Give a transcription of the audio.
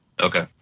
Okay